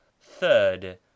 third